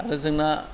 आरो जोंना